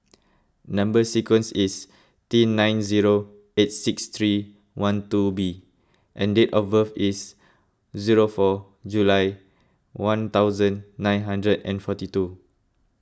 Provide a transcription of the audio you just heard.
Number Sequence is T nine zero eight six three one two B and date of birth is zero four July one thousand nine hundred and forty two